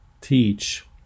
teach